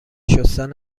شستن